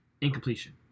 incompletion